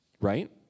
Right